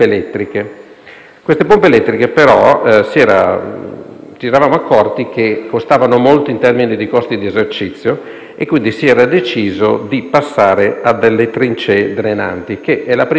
ci eravamo accorti che esse avevano costi di esercizio elevati e, quindi, si era deciso di passare a trincee drenanti, che è la prima volta che vengono utilizzate in un sito archeologico di questo tipo.